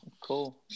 Cool